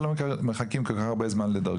לכמה מערכות יש היום עמדות שאפשר להנפיק בהן דרכונים?